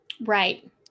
Right